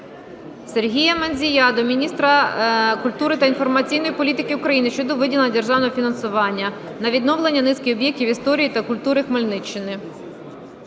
Сергія Мандзія до міністра культури та інформаційної політики України щодо виділення державного фінансування на відновлення низки об'єктів історії та культури Хмельниччини.